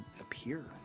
appear